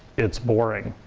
it's boring.